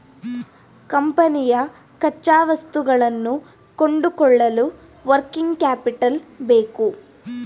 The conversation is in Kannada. ಕಂಪನಿಯ ಕಚ್ಚಾವಸ್ತುಗಳನ್ನು ಕೊಂಡುಕೊಳ್ಳಲು ವರ್ಕಿಂಗ್ ಕ್ಯಾಪಿಟಲ್ ಬೇಕು